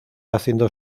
haciendo